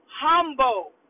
humble